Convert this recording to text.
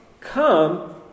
come